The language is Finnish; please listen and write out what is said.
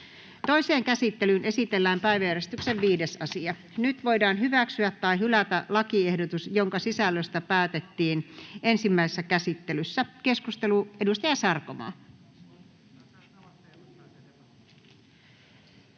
Toiseen käsittelyyn esitellään päiväjärjestyksen 5. asia. Nyt voidaan hyväksyä tai hylätä lakiehdotus, jonka sisällöstä päätettiin ensimmäisessä käsittelyssä. — Edustaja Sarkomaa.